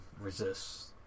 resists